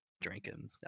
drinking